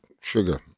sugar